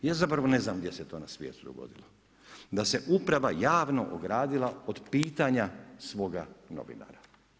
Ja zapravo ne znam gdje se to na svijetu dogodilo, da se uprava javno ogradila od pitanja svoga novinara.